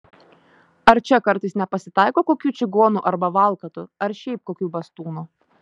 ar čia kartais nepasitaiko kokių čigonų arba valkatų ar šiaip kokių bastūnų